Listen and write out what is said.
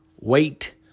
wait